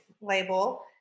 label